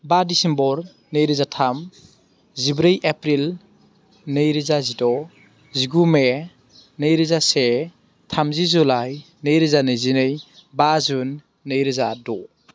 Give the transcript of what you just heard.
बा डिसेम्बर नैरोजा थाम जिब्रै एप्रिल नैरोजा जिद' जिगु मे नैरोजा से थामजि जुलाइ नैरोजा नैजिनै बा जुन नैरोजा द'